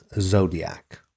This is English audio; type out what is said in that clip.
Zodiac